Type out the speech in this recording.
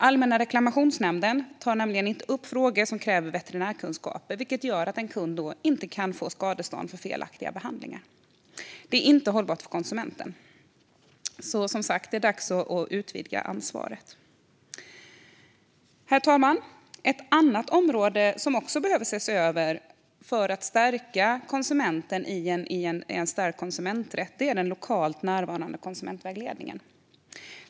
Allmänna reklamationsnämnden tar nämligen inte upp frågor som kräver veterinärkunskaper, vilket gör att en kund inte kan få skadestånd för felaktiga behandlingar. Det är inte hållbart för konsumenten. Som sagt är det därför dags att utvidga ansvaret. Herr talman! Ett annat område som man behöver se över för att stärka konsumenten i en stark konsumenträtt är den lokalt närvarande konsumentvägledningen.